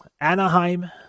Anaheim